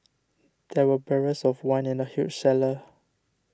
there were barrels of wine in the huge cellar